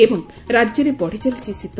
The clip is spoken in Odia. ଏବଂ ରାଜ୍ୟରେ ବଢ଼ିଚାଲିଛି ଶୀତ